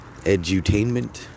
edutainment